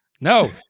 No